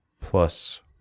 plus